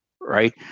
right